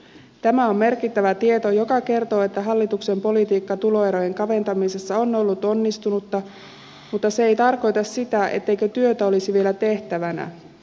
tämä on merkittävä tieto joka kertoo että hallituksen politiikka tuloerojen kaventamisessa on ollut onnistunutta mutta se ei tarkoita sitä ettei työtä olisi vielä tehtävänä